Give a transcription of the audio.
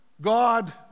God